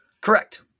Correct